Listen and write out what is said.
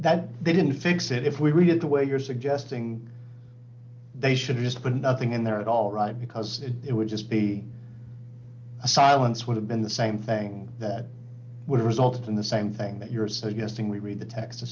that they didn't fix it if we redo the way you're suggesting they should be used but nothing in there at all right because it would just be a silence would have been the same thing that would result in the same thing that you're so yes thing we read the text to